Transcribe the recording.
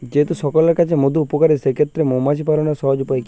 যেহেতু সকলের কাছেই মধু উপকারী সেই ক্ষেত্রে মৌমাছি পালনের সহজ উপায় কি?